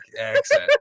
accent